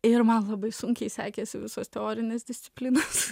ir man labai sunkiai sekėsi visos teorinės disciplinos